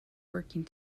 working